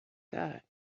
got